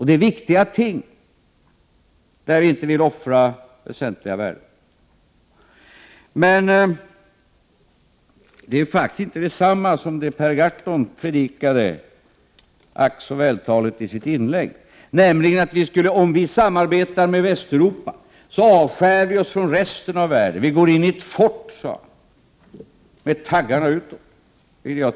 Det är viktiga områden, där vi inte vill offra väsentliga värden. Men det är faktiskt inte detsamma som det Per Gahrton predikade, ack så vältaligt, i sitt inlägg, nämligen att om vi samarbetar med Västeuropa avskär vi oss från resten av världen. Vi går in i ett fort, sade han, med taggarna utåt.